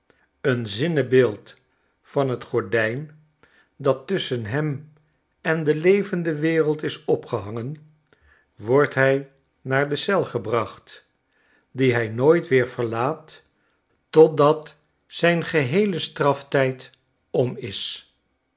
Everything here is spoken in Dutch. een zinnebeeld van t gordijn dt tusschen hem en de levende wereldisopgehangen wordt hij naar de eel gebracht die hij nooit weer verlaat totdat zijn geheele straftijd om is